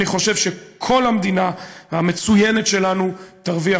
אני חושב שכל המדינה המצוינת שלנו תרוויח